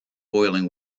boiling